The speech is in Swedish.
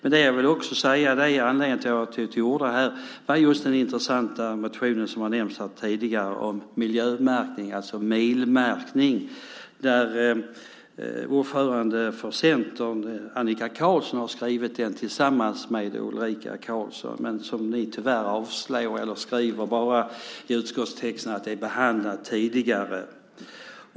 Anledningen till att jag har tagit till orda är den intressanta motionen som har nämnts tidigare om miljömärkning, det vill säga milmärkning. Ordföranden för Centerkvinnorna, Annika Qarlsson, har skrivit den tillsammans med Ulrika Carlsson. Tyvärr avstyrker ni motionen. Ni skriver i utskottstexten att frågan har behandlats tidigare.